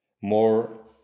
more